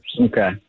Okay